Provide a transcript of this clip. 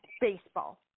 baseball